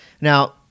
Now